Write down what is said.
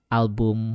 album